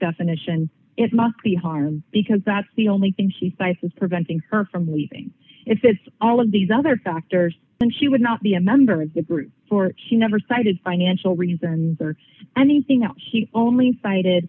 definition it must be hard because that's the only thing he cites is preventing her from leaving if it's all of these other factors then she would not be a member of the group for he never cited financial reasons or anything else he only cited